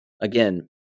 again